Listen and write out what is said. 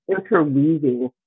interweaving